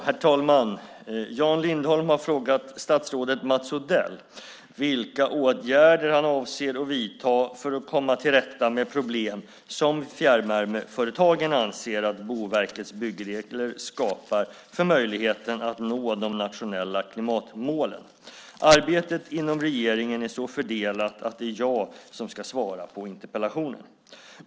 Herr talman! Jan Lindholm har frågat statsrådet Mats Odell vilka åtgärder han avser att vidta för att komma till rätta med problem som fjärrvärmeföretagen anser att Boverkets byggregler skapar för möjligheten att nå de nationella klimatmålen. Arbetet inom regeringen är så fördelat att det är jag som ska svara på interpellationen.